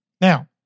Now